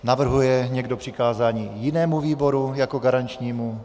Navrhuje někdo přikázání jinému výboru jako garančnímu?